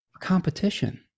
competition